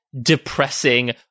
depressing